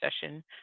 session